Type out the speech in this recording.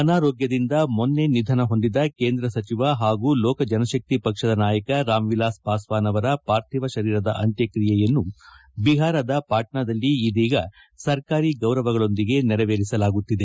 ಅನಾರೋಗ್ಯದಿಂದ ಮೊನ್ನೆ ನಿಧನ ಹೊಂದಿದ ಕೇಂದ್ರ ಸಚಿವ ಹಾಗೂ ಲೋಕ ಜನಶಕ್ತಿ ಪಕ್ಷದ ನಾಯಕ ರಾಮ್ ವಿಲಾಸ್ ಪಾಸ್ವಾನ್ ಅವರ ಪಾರ್ಥಿವ ಶರೀರದ ಅಂತ್ಯಕ್ರಿಯೆಯನ್ನು ಐಹಾರ್ದ ಪಾಟ್ನಾದಲ್ಲಿ ಇದೀಗ ಸರ್ಕಾರಿ ಗೌರವಗಳೊಂದಿಗೆ ನೆರವೇರಿಸಲಾಗುತ್ತಿದೆ